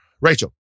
Rachel